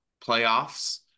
playoffs